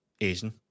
Asian